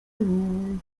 nimi